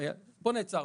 פה נעצרנו.